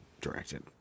directed